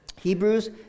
Hebrews